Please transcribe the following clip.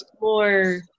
more